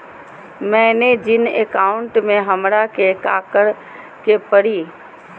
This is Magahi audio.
मैंने जिन अकाउंट में हमरा के काकड़ के परी?